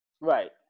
Right